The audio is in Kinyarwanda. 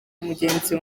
mugenzi